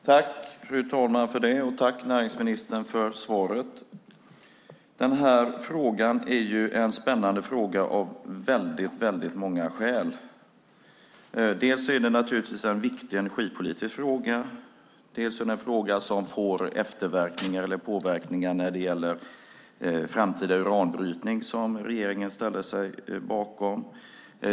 Fru talman! Tack, näringsministern, för svaret! Detta är en spännande fråga av väldigt många skäl. Dels är det en viktig energipolitisk fråga, dels är det en fråga som påverkar en framtida uranbrytning, som regeringen ställer sig bakom.